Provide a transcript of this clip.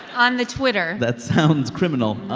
on the twitter that sounds criminal